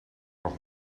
nog